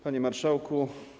Panie Marszałku!